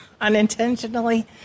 unintentionally